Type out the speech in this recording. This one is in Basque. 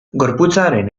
gorputzaren